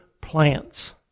plants